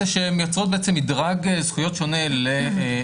זה שהן יוצרות בעצם מדרג זכויות שונה למידע